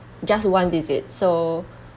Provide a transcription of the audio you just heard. just one visit so